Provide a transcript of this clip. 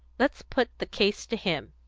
let's put the case to him.